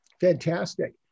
Fantastic